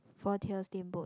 four tier steamboat